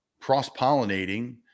cross-pollinating